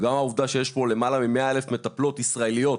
גם העובדה שיש פה למעלה מ-100,000 מטפלות ישראליות